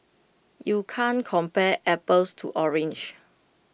you can't compare apples to oranges